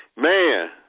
man